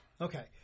Okay